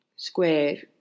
square